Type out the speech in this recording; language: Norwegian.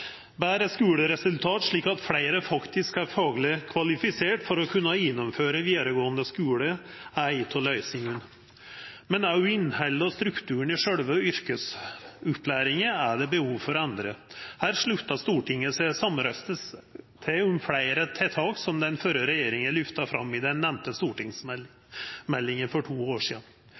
Betre skuleresultat, slik at fleire faktisk er fagleg kvalifiserte for å kunna gjennomføra vidaregåande skule, er ei av løysingane. Men òg innhaldet og strukturen i sjølve yrkesopplæringa er det behov for å endra. Her slutta Stortinget seg samrøystes om fleire tiltak som den førre regjeringa lyfta fram i den nemnte stortingsmeldinga for to år sidan.